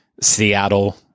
Seattle